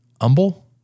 Humble